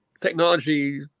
technology